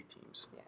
teams